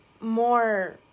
more